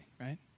right